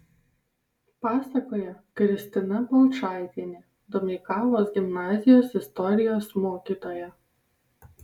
pasakoja kristina balčaitienė domeikavos gimnazijos istorijos mokytoja